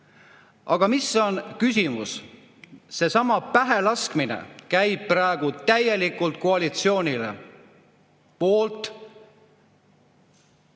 Aga mis on küsimus? Seesama pähelaskmine käib praegu täielikult koalitsiooni poolt